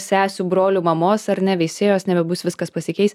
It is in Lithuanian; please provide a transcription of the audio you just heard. sesių brolių mamos ar ne veisėjos nebebus viskas pasikeis